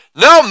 no